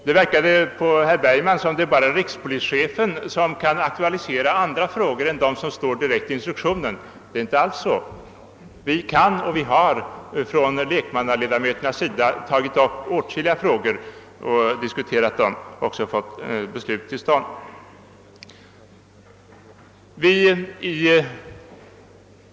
Det verkade på herr Bergman som om det bara är rikspolischefen som kan aktualisera andra frågor än de som står i instruktionen. Så är det inte. Vi lekmannaledamöter kan ta upp och har tagit upp åtskilliga andra frågor till diskussion, och vi har även fått gehör för våra åsikter.